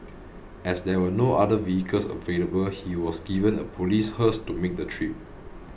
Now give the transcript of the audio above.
as there were no other vehicles available he was given a police hearse to make the trip